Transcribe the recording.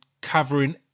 covering